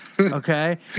Okay